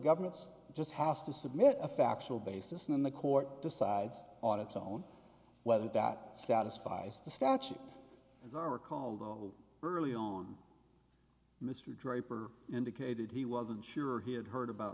government's just has to submit a factual basis in the court decides on its own whether that satisfies the statute and the recall go early on mr draper indicated he wasn't sure he had heard about